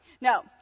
no